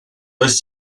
ist